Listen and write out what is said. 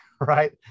right